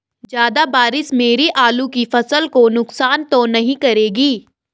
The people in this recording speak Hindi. ज़्यादा बारिश मेरी आलू की फसल को नुकसान तो नहीं करेगी?